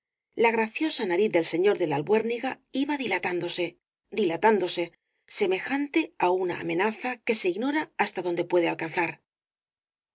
la graciosa nariz del señor de la albuérniga iba dilatándose dilatándose semejante á una amenaza que se ignora hasta dónde puede alcanzar